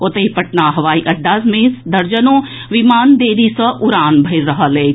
ओतहि पटना हवाई अड्डा सँ दर्जनो विमान देरी सँ उड़ान भरि रहल अछि